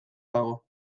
dago